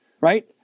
right